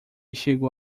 chegou